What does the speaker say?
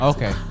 Okay